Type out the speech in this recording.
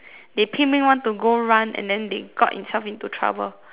they 拼命 want to go run and then they got themselves into trouble